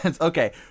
Okay